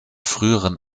früheren